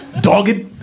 dogged